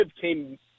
came